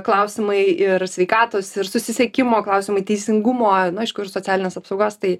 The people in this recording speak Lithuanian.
klausimai ir sveikatos ir susisiekimo klausimai teisingumo nu aišku ir socialinės apsaugos tai